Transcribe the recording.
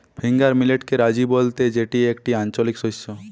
finger মিলেটকে রাজি বলতে যেটি একটি আঞ্চলিক শস্য